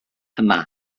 yma